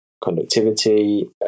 conductivity